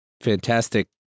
fantastic